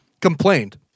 complained